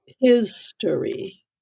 history